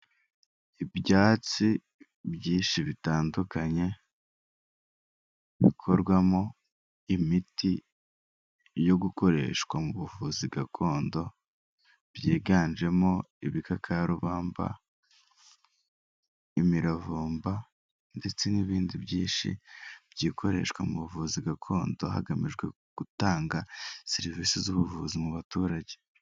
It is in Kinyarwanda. Ibyatsi byinshi bitandukanye, bikorwamo imiti yo gukoreshwa mu buvuzi gakondo, byiganjemo ibikakarubamba, imiravumba ndetse n'ibindi byinshi byikoreshwa mu buvuzi gakondo, hagamijwe gutanga serivisi z'ubuvuzi mu baturage.